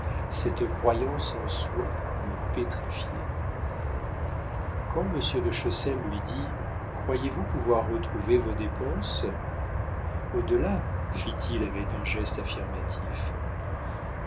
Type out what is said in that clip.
cette croyance en soi me pétrifiaient quand monsieur de chessel lui dit croyez-vous pouvoir retrouver vos dépenses au delà fit-il avec un geste affirmatif